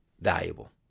valuable